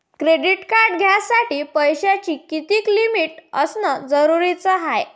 Credit card घ्यासाठी पैशाची कितीक लिमिट असनं जरुरीच हाय?